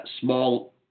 small